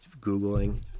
Googling